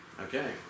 Okay